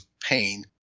pain